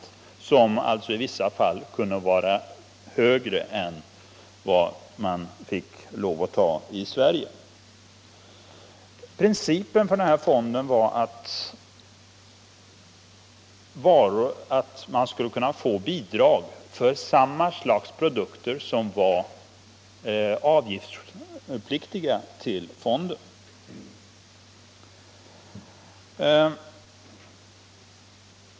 Importörernas pris kunde nämligen i vissa fall vara högre än det pris de fick ta ut här i Sverige. Principen för denna fond var att man skulle kunna få bidrag för samma slags produkter som var avgiftspliktiga till fonden.